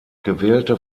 gewählte